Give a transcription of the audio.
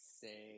say